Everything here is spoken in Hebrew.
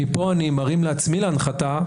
מפה אני מרים לעצמי להנחתה,